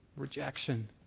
rejection